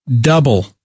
double